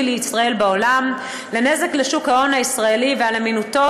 לישראל בעולם ונזק לשוק ההון הישראלי ולאמינותו,